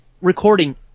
recording